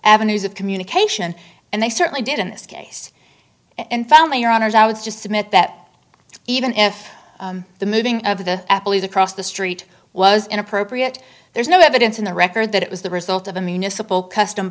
avenues of communication and they certainly did in this case and found your honors i was just submit that even if the moving of the athlete across the street was inappropriate there's no evidence in the record that it was the result of